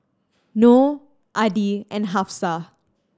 Noh Adi and Hafsa